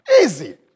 Easy